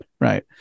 right